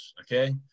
okay